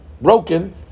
broken